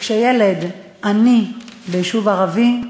שכשילד עני ביישוב ערבי,